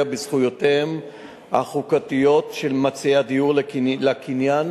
בזכויותיהם החוקתיות של מציעי הדיור לקניין